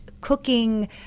cooking